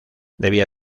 debía